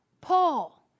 Paul